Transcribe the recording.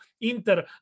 Inter